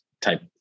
type